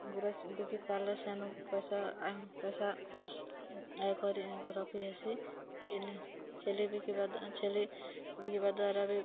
ଗୁରସ୍ ଟିକେ ପାର୍ଲେ ସେନୁ ପଇସା ପଇସା ଆୟକରି ରଖିହେସି ଛେଲି ଛେଲି ବିକିବା ଛେଲି ବିକିବା ଦ୍ୱାରା ବି